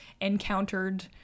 encountered